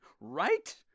right